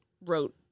wrote